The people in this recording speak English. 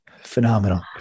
Phenomenal